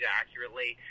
accurately